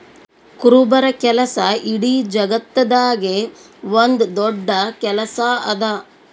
ಕುರುಬರ ಕೆಲಸ ಇಡೀ ಜಗತ್ತದಾಗೆ ಒಂದ್ ದೊಡ್ಡ ಕೆಲಸಾ ಅದಾ